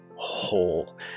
whole